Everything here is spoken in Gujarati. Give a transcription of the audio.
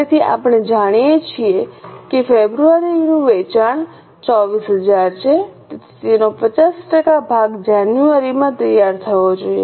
તેથી આપણે જાણીએ છીએ કે ફેબ્રુઆરીનું વેચાણ 24000 છે તેથી તેનો 50 ટકા ભાગ જાન્યુઆરીમાં તૈયાર થવો જોઈએ